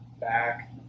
back